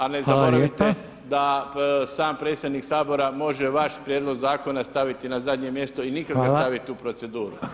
A ne zaboravite da sam predsjednik Sabora može vaš prijedlog zakona staviti na zadnje mjesto i nikada ga staviti u proceduru.